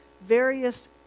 various